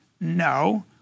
no